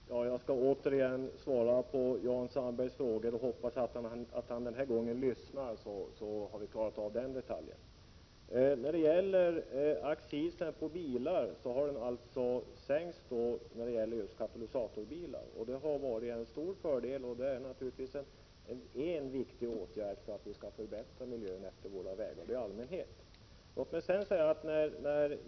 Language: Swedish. Fru talman! Jag skall återigen svara på Jan Sandbergs frågor och hoppas att han lyssnar den här gången så att vi får den detaljen avklarad. Accisen på bilar har alltså sänkts just när det gäller katalysatorbilar. Det har varit en stor fördel, och det är naturligtvis en viktig åtgärd för att vi skall kunna förbättra miljön längs våra vägar i allmänhet.